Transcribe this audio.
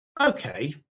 Okay